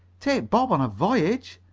take bob on a voyage?